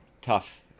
tough